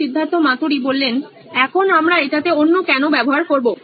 Siddharth Maturi C E O নইন electronics এখন আমরা এটাতে অন্য কেনো ব্যবহার করবো